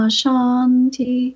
Shanti